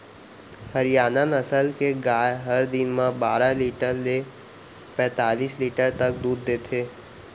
हरियाना नसल के गाय हर दिन म बारा लीटर ले पैतालिस लीटर तक दूद देथे